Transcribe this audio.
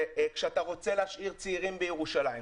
כשאתה רוצה להשאיר צעירים בירושלים,